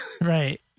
Right